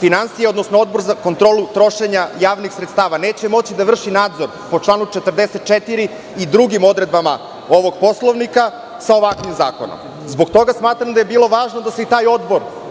finansije, odnosno Odbor za kontrolu trošenja javnih sredstava neće moći da vrši nadzor po članu 44. i drugim odredbama ovog Poslovnika sa ovakvim zakonom. Zbog toga smatram da je bilo važno da se i taj odbor